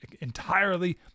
entirely